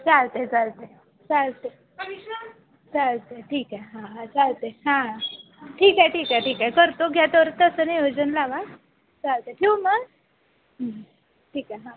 चालतं आहे चालतं आहे चालतं आहे चालतं आहे ठीक आहे हां हां चालतं आहे हां ठीक आहे ठीक आहे ठीक आहे करतो घ्या तोवर तसं नियोजन लावा चालतं आहे ठेवू मग हं ठीक आहे हां